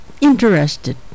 interested